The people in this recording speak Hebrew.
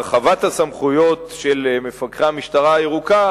הרחבת הסמכויות של מפקחי המשטרה הירוקה